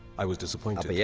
i was disappointed yeah